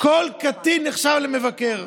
כל קטין נחשב מבקר.